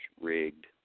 rigged